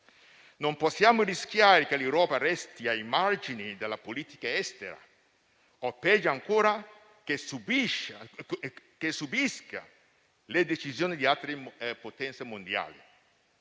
Non possiamo rischiare che l'Europa resti ai margini della politica estera o, peggio ancora, che subisca le decisioni di altre potenze mondiali.